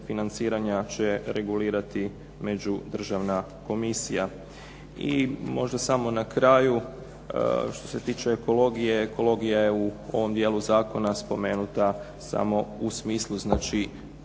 financiranja će regulirati međudržavna komisija. I možda samo na kraju što se tiče ekologije. Ekologija je u ovom dijelu zakona spomenuta samo u smislu